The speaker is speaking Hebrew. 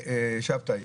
שבתי,